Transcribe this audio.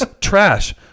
trash